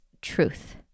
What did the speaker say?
truth